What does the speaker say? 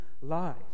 life